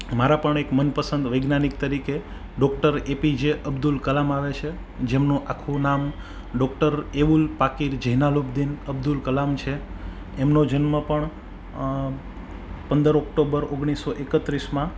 મારા પણ એક મનપસંદ વૈજ્ઞાનિક તરીકે ડૉક્ટર એપીજે અબ્દુલ કલામ આવે છે જેમનું આખું નામ ડૉક્ટર એબુલ પાકિર જેનાલૂપદિન અબ્દુલ કલામ છે એમનો જન્મ પણ પંદર ઓકટોબર ઓગણીસો એકત્રીસમાં